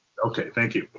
okay, thank you.